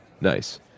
Nice